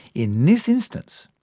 in this instance,